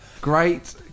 Great